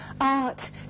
art